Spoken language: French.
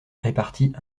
répartit